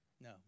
no